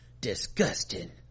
disgusting